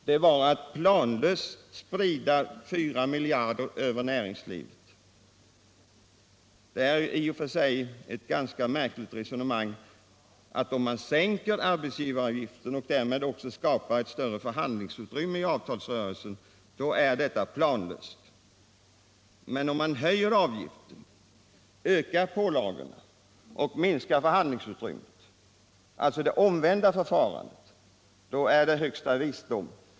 Det var att planlöst sprida 4 miljarder kronor över näringslivet, förklarar socialdemokraterna. Det är i och för sig ett ganska märkligt resonemang att om man sänker arbetsgivaravgiften och därmed också skapar ett större förhandlingsutrymme i avtalsrörelsen, då är det planlöst. Men om man höjer avgiften, ökar pålagorna och minskar förhandlingsutrymmet — alltså det omvända förfarandet — då är det högsta visdom.